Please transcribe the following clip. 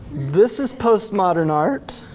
this is post-modern art.